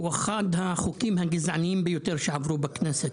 הוא אחד החוקים הגזעניים ביותר שעברו בכנסת.